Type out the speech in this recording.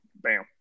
Bam